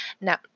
now